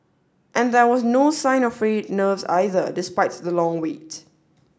and there was no sign of frayed nerves either despite the long wait